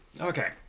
okay